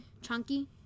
chunky